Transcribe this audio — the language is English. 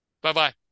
Bye-bye